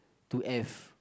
to F